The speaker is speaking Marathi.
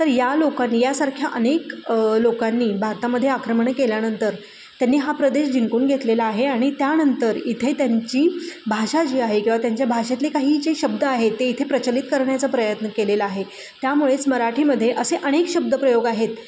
तर या लोकांनी यासारख्या अनेक लोकांनी भारतामध्ये आक्रमणे केल्यानंतर त्यांनी हा प्रदेश जिंकून घेतलेला आहे आणि त्यानंतर इथे त्यांची भाषा जी आहे किंवा त्यांच्या भाषेतले काही जे शब्द आहेत ते इथे प्रचलित करण्याचा प्रयत्न केलेला आहे त्यामुळेच मराठीमध्ये असे अनेक शब्दप्रयोग आहेत